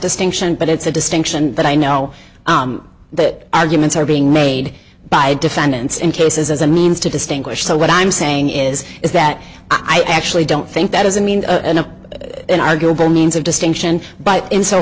distinction but it's a distinction that i know that arguments are being made by defendants in cases as a means to distinguish so what i'm saying is is that i actually don't think that doesn't mean an arguable means of distinction but in so